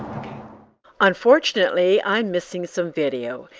ok unfortunately i'm missing some video.